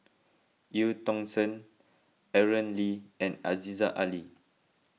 Eu Tong Sen Aaron Lee and Aziza Ali